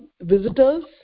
visitors